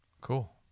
Cool